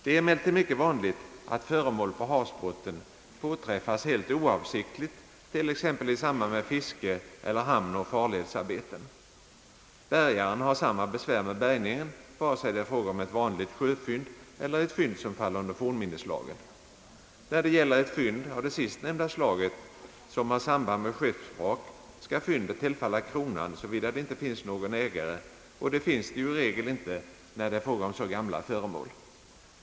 Det är emellertid mycket vanligt, att föremål på havsbotten påträffas helt oavsiktligt, t.ex. i samband med fiske eller hamneller farledsarbeten. Bärgaren har samma besvär med bärgningen, vare sig det är fråga om ett vanligt sjöfynd eller ett fynd som faller under fornminneslagen. När det gäller ett fynd av det sistnämnda slaget som har samband med ett skeppsvrak, skall fyndet tillfalla kronan, såvida det inte finns någon ägare, och det finns det ju i regel inte när det är fråga om så gamla föremål.